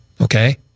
okay